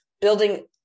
building